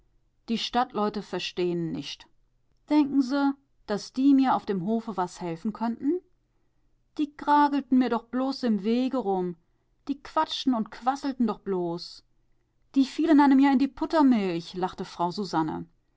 die stadtleute verstehen nischt denken se daß die mir auf dem hofe was helfen könnten die gragelten mir doch bloß im wege rum die quatschten und quasselten doch bloß die fielen einem ja in die puttermilch lachte